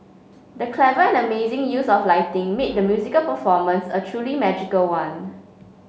the clever and amazing use of lighting made the musical performance a truly magical one